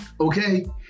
Okay